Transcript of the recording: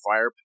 fire